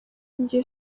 njye